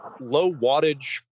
low-wattage